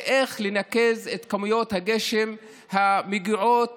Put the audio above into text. ואיך לנקז את כמויות הגשם המגיעות